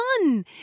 fun